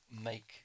make